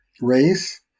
race